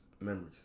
Memories